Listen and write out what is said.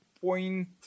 point